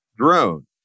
drone